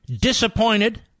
disappointed